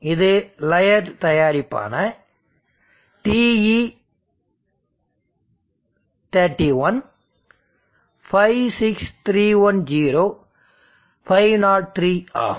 இது லயர்டு தயாரிப்பான TE31 56310 503 ஆகும்